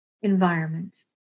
environment